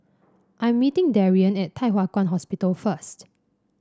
I am meeting Darion at Thye Hua Kwan Hospital first